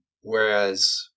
Whereas